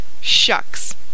Shucks